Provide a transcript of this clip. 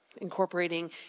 incorporating